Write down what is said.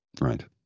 Right